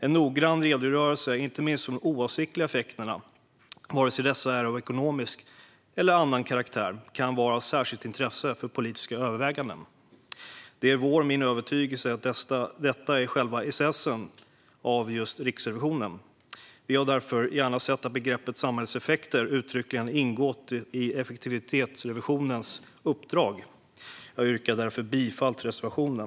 En noggrann redogörelse av inte minst de oavsiktliga effekterna, vare sig dessa är av ekonomisk eller annan karaktär, kan vara av särskilt intresse för politiska överväganden. Det är min och Sverigedemokraternas övertygelse att detta är Riksrevisionens själva essens. Vi hade därför gärna sett att begreppet "samhällseffekter" uttryckligen hade ingått i effektivitetsrevisionens uppdrag, och jag yrkar därför bifall till reservationen.